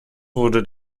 wurde